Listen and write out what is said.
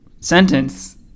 sentence